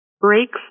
breaks